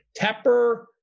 Tepper